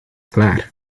klaar